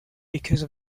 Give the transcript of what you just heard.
because